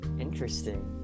interesting